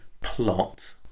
plot